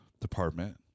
department